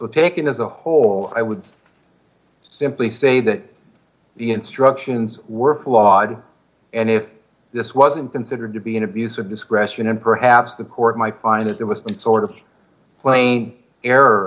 so taken as a whole i would simply say that the instructions were flawed and if this wasn't considered to be an abuse of discretion and perhaps the court might find that there was some sort of plain error